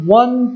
one